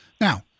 Now